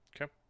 Okay